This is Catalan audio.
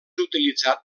utilitzat